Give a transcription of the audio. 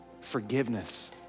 forgiveness